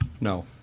No